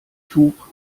tuch